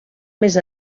més